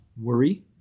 worry